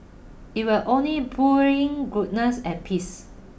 it will only bring goodness and peace